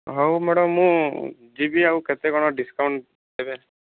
ହଉ ମ୍ୟାଡ଼ାମ ମୁଁ ଯିବି ଆଉ କେତେ କ'ଣ ଡିସକାଉଣ୍ଟ ଦେବେ